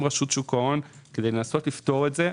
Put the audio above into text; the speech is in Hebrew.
רשות שוק ההון כדי לנסות לפתור את זה.